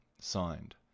signed